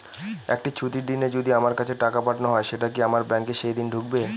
একটি ছুটির দিনে যদি আমার কাছে টাকা পাঠানো হয় সেটা কি আমার ব্যাংকে সেইদিন ঢুকবে?